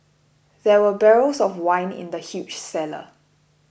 there were barrels of wine in the huge cellar